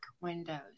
windows